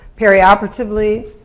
perioperatively